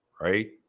right